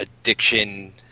addiction